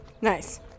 Nice